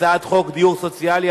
הצעת חוק דיור סוציאלי,